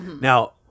Now